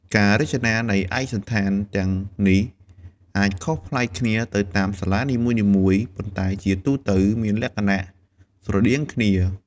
ការរចនានៃឯកសណ្ឋានទាំងនេះអាចខុសប្លែកគ្នាទៅតាមសាលានីមួយៗ ប៉ុន្តែជាទូទៅមានលក្ខណៈស្រដៀងគ្នា។